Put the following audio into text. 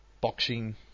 boxing